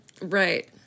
Right